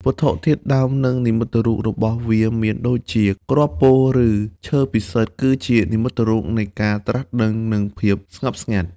វត្ថុធាតុដើម និងនិមិត្តរូបរបស់វាមានដូចជា គ្រាប់ពោធិ៍ ឬឈើពិសិដ្ឋ គឺជានិមិត្តរូបនៃការត្រាស់ដឹង និងភាពស្ងប់ស្ងាត់។